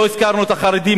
לא הזכרנו את החרדים,